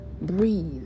Breathe